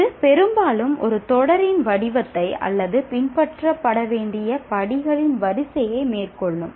இது பெரும்பாலும் ஒரு தொடரின் வடிவத்தை அல்லது பின்பற்ற வேண்டிய படிகளின் வரிசையை மேற்கொள்ளும்